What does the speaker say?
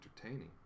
entertaining